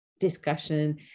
discussion